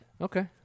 Okay